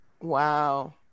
Wow